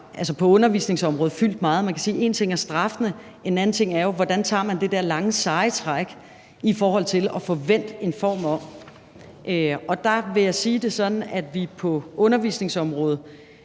der på undervisningsområdet har fyldt meget. Man kan sige, at en ting er straffene, men en anden ting er, hvordan man tager det der lange, seje træk i forhold til at få vendt en form om. Og der vil jeg sige det sådan, at der på undervisningsområdet